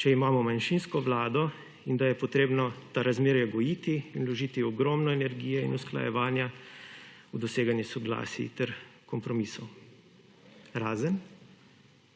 če imamo manjšinsko vlado, in da je potrebno ta razmerja gojiti in vložiti ogromno energije in usklajevanja v doseganje soglasij ter kompromisov. Razen